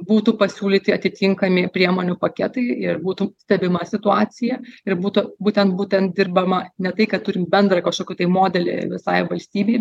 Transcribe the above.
būtų pasiūlyti atitinkami priemonių paketai ir būtų stebima situacija ir būtų būtent būtent dirbama ne tai kad turim bendrą kažkokį tai modelį visai valstybei